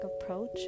approach